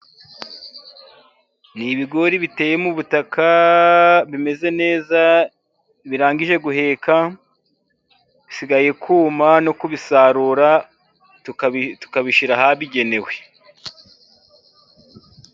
Ni ibigori biteye mu butaka bimeze neza, birangije guheka bisigaje kuma no kubisarura, tukabishyira ahabigenewe.